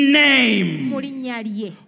name